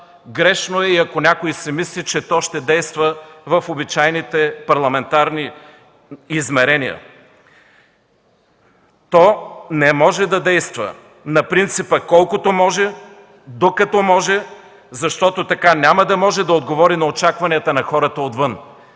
Грешно е и ако някой си мисли, че то ще действа в обичайните парламентарни измерения. То не може да действа на принципа „колкото може, докато може”, защото така няма да може да отговори на очакванията на хората отвън,